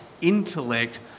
intellect